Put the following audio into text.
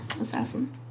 Assassin